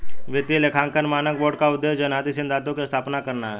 वित्तीय लेखांकन मानक बोर्ड का उद्देश्य जनहित सिद्धांतों को स्थापित करना है